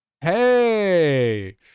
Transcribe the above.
Hey